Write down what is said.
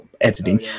editing